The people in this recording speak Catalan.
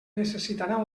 necessitaran